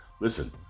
Listen